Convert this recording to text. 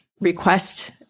request